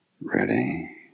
Ready